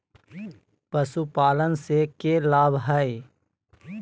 पशुपालन से के लाभ हय?